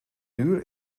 uur